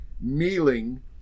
kneeling